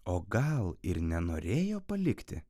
o gal ir nenorėjo palikti